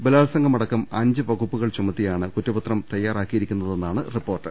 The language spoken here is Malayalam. ബലാത്സംഗം അടക്കം അഞ്ച് വകുപ്പുകൾ ചുമത്തിയാണ് കുറ്റപത്രം തയ്യാറാക്കിയിരിക്കുന്നതെന്നാണ് റിപ്പോർട്ട്